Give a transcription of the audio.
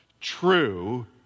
true